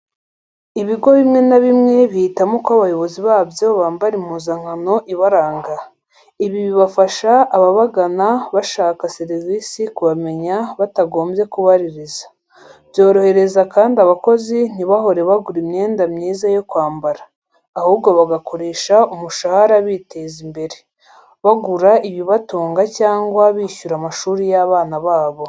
Ibigo bimwe na bimwe bihitamo ko abakozi babyo bambara impuzankano ibaranga, ibi bifasha ababagana bashaka serivisi kubamenya batagombye kubaririza, byorohereza kandi abakozi ntibahore bagura imyenda myiza yo kwambara, ahubwo bagakoresha umushahara biteza imbere, bagura ibibatunga cyangwa bishyura amashuri y'abana babo.